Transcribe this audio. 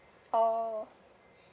oh